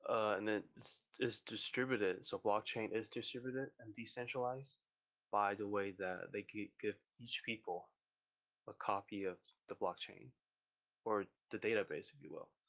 and then it's distributed so blockchain is distributed and decentralized by the way that they give give each people ah copy of the blockchain, or the database if you will,